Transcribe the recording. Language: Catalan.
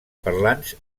parlants